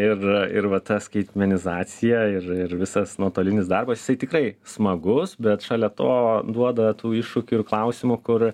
ir ir va ta skaitmenizacija ir ir visas nuotolinis darbas jisai tikrai smagus bet šalia to duoda tų iššūkių ir klausimų kur